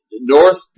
north